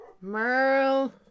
Merle